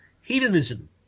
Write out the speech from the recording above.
hedonism